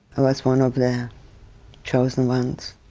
i was one of the chosen ones.